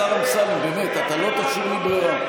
השר אמסלם, באמת, אתה לא תשאיר לי ברירה.